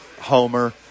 homer